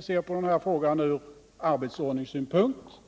Ser vi på den här frågan från arbetsordningssynpunkt, vet vi ju